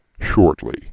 shortly